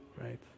right